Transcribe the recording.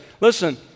Listen